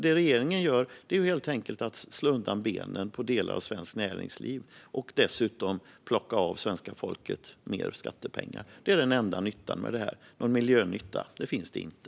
Det regeringen gör är helt enkelt att slå undan benen på delar av svenskt näringsliv och dessutom plocka av svenska folket mer skattepengar. Det är den enda nyttan med det här. Någon miljönytta finns inte.